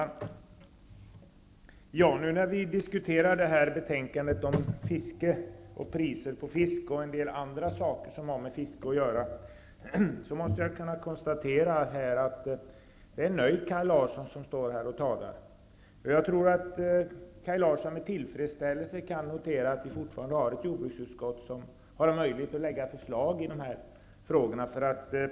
Fru talman! När vi nu diskuterar betänkandet om fiske, priser på fisk och en del andra saker som har med fiske att göra, kan jag konstatera att det är en nöjd Kaj Larsson som stått här och talat. Jag tror att Kaj Larsson med tillfredsställelse kan notera att vi fortfarande har ett jordbruk som har möjlighet att lägga fram förslag i dessa frågor.